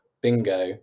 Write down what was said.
bingo